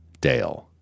Dale